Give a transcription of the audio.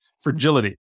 fragility